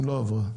לא עברה.